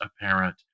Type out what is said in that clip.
apparent